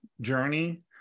journey